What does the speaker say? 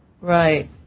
Right